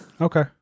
Okay